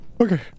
okay